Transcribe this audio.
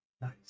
Nice